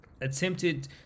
Attempted